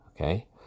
okay